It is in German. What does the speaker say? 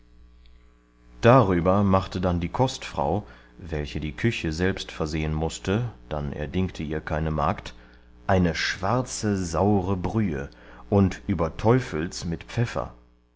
darüber machte dann die kostfrau welche die küche selbst versehen mußte dann er dingte ihr keine magd eine schwarze saure brühe und überteufelts mit pfeffer